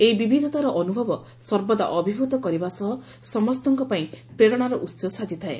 ଏହି ବିବିଧତାର ଅନୁଭବ ସର୍ବଦା ଅଭିଭ୍ତ କରିବା ସହ ସମସ୍ତଙ୍କ ପାଇଁ ପ୍ରେରଣାର ଉସ ସାଜିଥାଏ